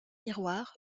miroirs